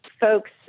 folks